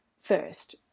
first